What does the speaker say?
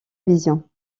vision